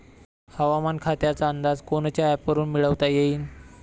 हवामान खात्याचा अंदाज कोनच्या ॲपवरुन मिळवता येईन?